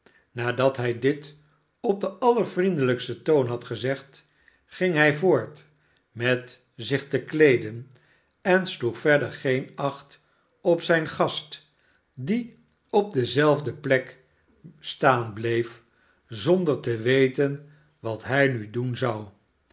nadat hij dit op den allervriendelijksten toon had gezegd ging hij voort met zich te kleeden en sloeg verder geen acht op zijn gast die op dezelfde plek staan bleef zonder te weten wat hij nu doen zou